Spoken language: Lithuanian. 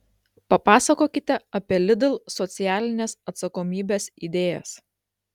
papasakokite apie lidl socialinės atsakomybės idėjas